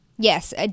Yes